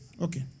okay